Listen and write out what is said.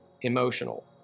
emotional